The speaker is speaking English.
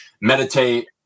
meditate